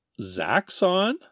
Zaxxon